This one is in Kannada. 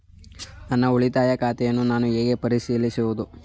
ನನ್ನ ಉಳಿತಾಯ ಖಾತೆಯನ್ನು ನಾನು ಹೇಗೆ ಪರಿಶೀಲಿಸುವುದು?